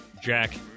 Jack